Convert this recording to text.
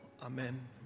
Amen